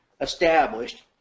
established